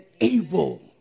able